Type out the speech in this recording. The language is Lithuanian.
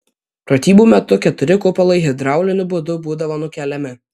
pratybų metu keturi kupolai hidrauliniu būdu būdavo nukeliami